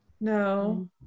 No